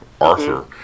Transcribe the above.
Arthur